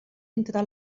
entre